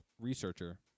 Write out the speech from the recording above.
researcher